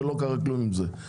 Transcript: ולא קרה כלום עם זה.